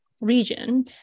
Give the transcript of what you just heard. region